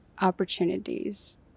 opportunities